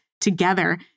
together